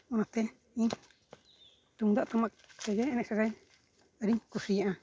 ᱚᱱᱟᱛᱮ ᱤᱧ ᱛᱩᱢᱫᱟᱜ ᱴᱟᱢᱟᱠ ᱛᱮᱜᱮ ᱮᱱᱮᱡ ᱥᱮᱨᱮᱧ ᱟᱹᱰᱤᱧ ᱠᱩᱥᱤᱭᱟᱜᱼᱟ